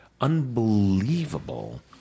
unbelievable